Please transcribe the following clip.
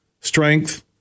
strength